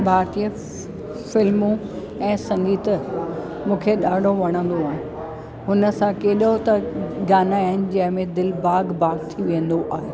भारतीय फिल्मूं ऐं संगीत मुखे ॾाढो वणंदो आ हुन सां केॾो त गाना आहिनि जंहिंमें दिलि बाग़ बाग़ थी वेंदो आहे